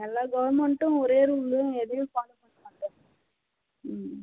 எல்லா கவர்ன்மெண்ட்டும் ஒரே ரூலும் எதையும் பார்க்க மாற்றாங்க ஆமாம்